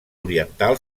oriental